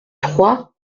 trois